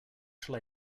shall